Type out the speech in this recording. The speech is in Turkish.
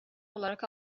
olarak